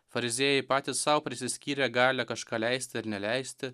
fariziejai patys sau prisiskyrę gali kažką leisti ar neleisti